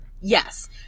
Yes